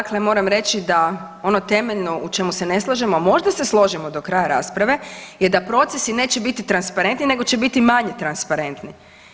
Prvo dakle moram reći da ono temeljno u čemu se ne slažemo, a možda se složimo do kraja rasprave je da procesi neće biti transparentni nego će biti manje transparentni.